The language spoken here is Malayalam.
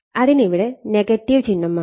അതിനാലാണ് അതിന് ഇവിടെ ചിഹ്നം